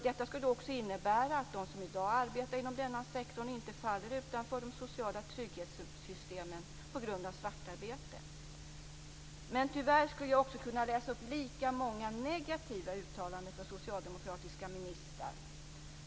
Detta skulle också innebära att de som i dag arbetar inom denna sektor inte faller utanför de sociala trygghetssystemen på grund av svartarbete. Men tyvärr skulle jag också kunna läsa upp lika många negativa uttalanden från socialdemokratiska ministrar.